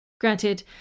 Granted